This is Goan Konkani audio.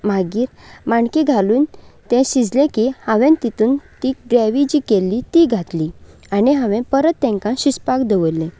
मागीर माणकी घालून तें शिजलें की हांवें तातूंत ती ग्रेवी जी केल्ली ती घातली आनी हांवें परत तें शिजोवपाक दवरलें